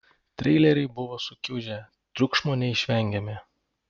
treileriai buvo sukiužę triukšmo neišvengėme